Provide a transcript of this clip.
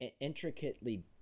intricately